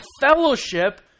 fellowship